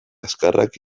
azkarrak